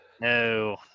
no